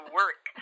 work